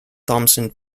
thomson